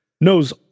knows